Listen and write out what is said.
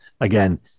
again